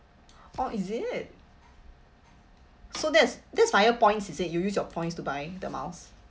oh is it so that's that's via points is is you use your points to buy the miles